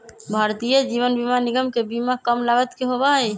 भारतीय जीवन बीमा निगम के बीमा कम लागत के होबा हई